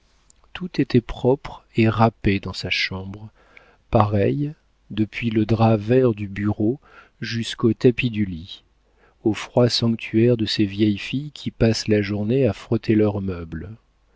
tout était propre et râpé dans sa chambre pareille depuis le drap vert du bureau jusqu'au tapis du lit au froid sanctuaire de ces vieilles filles qui passent la journée à frotter leurs meubles